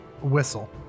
whistle